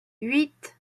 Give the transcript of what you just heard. huit